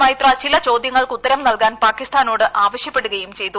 മൈത്ര ചില ചോദ്യങ്ങൾക്ക് ഉത്തരം നൽകാൻ പാകിസ്ഥാനോട് ആവശ്യപ്പെടു കയും ചെയ്തു